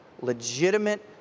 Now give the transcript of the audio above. legitimate